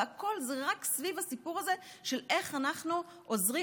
והכול זה רק סביב הסיפור הזה של איך אנחנו עוזרים